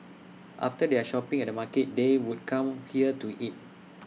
after their shopping at the market they would come here to eat